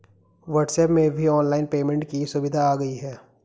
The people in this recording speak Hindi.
व्हाट्सएप में भी ऑनलाइन पेमेंट की सुविधा आ गई है